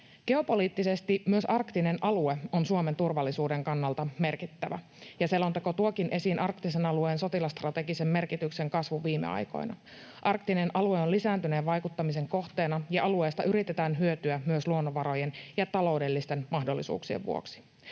Geopoliittisesti myös arktinen alue on Suomen turvallisuuden kannalta merkittävä, ja selonteko tuokin esiin arktisen alueen sotilasstrategisen merkityksen kasvun viime aikoina. Arktinen alue on lisääntyneen vaikuttamisen kohteena, ja alueesta yritetään hyötyä myös luonnonvarojen ja taloudellisten mahdollisuuksien vuoksi.